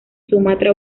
sumatra